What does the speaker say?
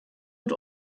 und